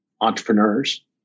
entrepreneurs